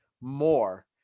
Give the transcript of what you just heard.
more